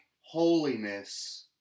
holiness